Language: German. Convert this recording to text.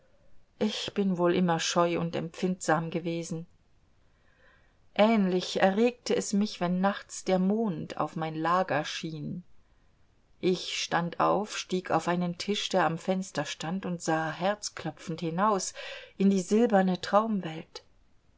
ich bin wohl immer scheu und empfindsam gewesen ähnlich erregte es mich wenn nachts der mond auf mein lager schien ich stand auf stieg auf einen tisch der am fenster stand und sah herzklopfend hinaus in die silberne traumwelt